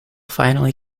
finally